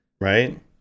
right